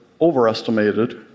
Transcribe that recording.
overestimated